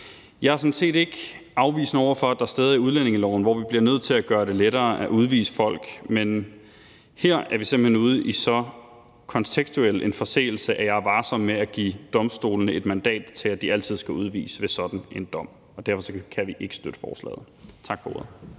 Jeg er sådan set ikke afvisende over for, at der er steder i udlændingeloven, hvor vi bliver nødt til at gøre det lettere at udvise folk. Men her er vi simpelt hen ude i så kontekstuelt en forseelse, at jeg er varsom med at give domstolene et mandat til, at de altid skal udvise ved sådan en dom. Derfor kan vi ikke støtte forslaget. Tak for ordet.